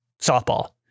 softball